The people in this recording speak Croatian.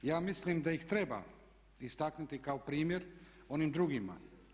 Ja mislim da ih treba istaknuti kao primjer onim drugima.